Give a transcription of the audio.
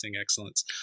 excellence